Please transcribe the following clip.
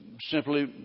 simply